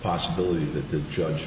possibility that the judge